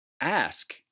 ask